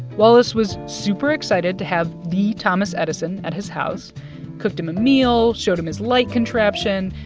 wallace was super excited to have the thomas edison at his house cooked him a meal, showed him his light contraption.